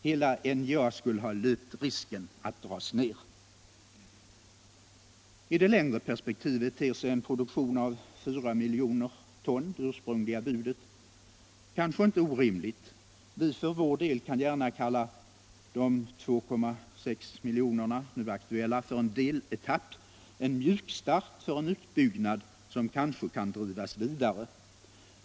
Hela NJA skulle ha löpt risken att dras ner. I det längre perspektivet ter sig en produktion av 4 miljoner ton — det ursprungliga budet — kanske inte orimlig. Vi för vår del kan gärna kalla de nu aktuella 2,6 miljonerna för en deletapp, en mjukstart för en utbyggnad som kanske kan drivas vidare.